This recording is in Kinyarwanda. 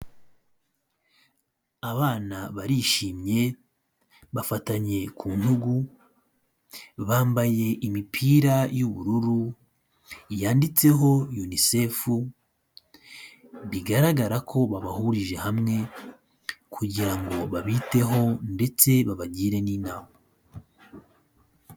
Abana barishimye bafatanye ku ntugu, bambaye imipira y'ubururu yanditseho UNICEF bigaragara ko babahurije hamwe kugira ngo babiteho ndetse babagire n'inama.